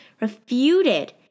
refuted